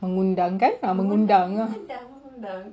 mengundang kan mengundang